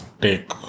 take